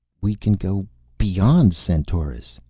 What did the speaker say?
we can go beyond centaurus,